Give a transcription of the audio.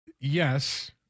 yes